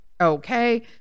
okay